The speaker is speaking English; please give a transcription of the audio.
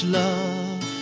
love